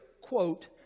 quote